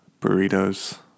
burritos